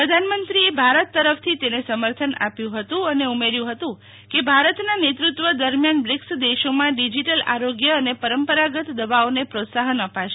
પ્રધાનમંત્રીએ ભારત તરફથી તેને સમર્થન આપ્યું હતું અને ઉમેર્યું હતુંકે ભારતના નેતૃત્વ દરમ્યાન બ્રિકસ દેશોમાં ડીજીટલ આરોગ્ય અને પરંપરાગત દવાઓનેપ્રોત્સાહન અપાશે